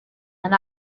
and